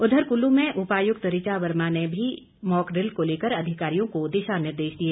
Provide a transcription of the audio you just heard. उधर कुल्लू में उपायुक्त ऋचा वर्मा ने भी मॉकड़िल को लेकर अधिकारियों को दिशा निर्देश दिए